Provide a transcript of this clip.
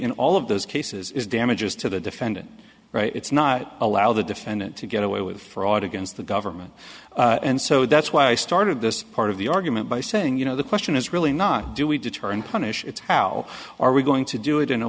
in all of those cases is damages to the defendant right it's not allow the defendant to get away with fraud against the government and so that's why i started this part of the argument by saying you know the question is really not do we deter and punish it's how are we going to do it in a